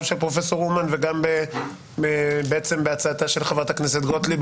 של פרופ' אומן וגם בעצם בהצעתה של חברת הכנסת גוטליב,